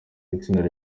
itsinda